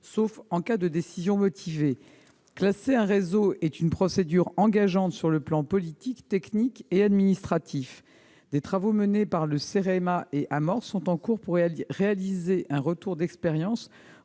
sauf en cas de décision motivée. Classer un réseau est une procédure engageante sur les plans politique, technique et administratif. Des travaux menés par le Cérema, et Amorce sont en cours pour réaliser un retour d'expérience